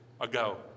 ago